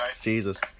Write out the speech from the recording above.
Jesus